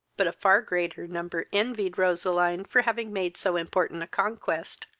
but a far greater number envied roseline for having made so important a conquest,